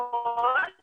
הקורונה